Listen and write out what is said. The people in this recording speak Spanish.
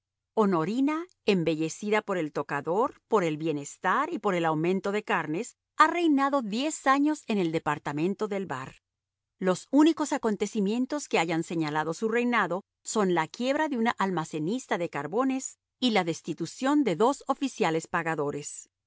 honorina embellecida por el tocador por el bienestar y por el aumento de carnes ha reinado diez años en el departamento del var los únicos acontecimientos que hayan señalado su reinado son la quiebra de un almacenista de carbones y la destitución de dos oficiales pagadores